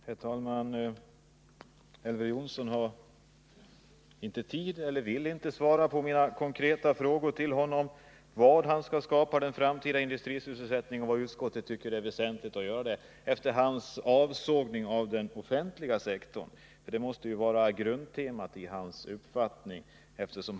Herr talman! Elver Jonsson har inte tid att svara — eller vill inte svara — på mina konkreta frågor till honom om var utskottet tycker att det är väsentligt att skapa en framtida industrisysselsättning. Han gör ju en avsågning av den offentliga sektorn, det är något slags grundtema för honom.